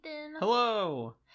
Hello